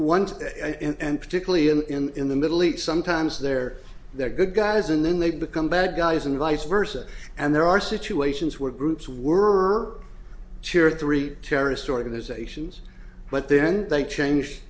once and particularly in in the middle east sometimes they're they're good guys and then they become bad guys and vice versa and there are situations where groups were cheer three terrorist organizations but then they change